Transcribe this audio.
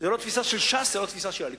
זאת לא התפיסה של ש"ס, וזאת לא התפיסה של הליכוד.